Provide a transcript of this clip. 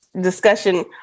discussion